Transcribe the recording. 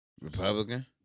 Republican